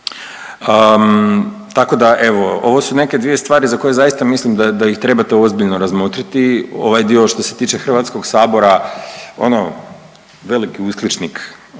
Tako da ovo su neke dvije stvari za koje zaista mislim da ih trebate ozbiljno razmotriti. Ovaj dio što se tiče Hrvatskog sabora ono veliki uskličnik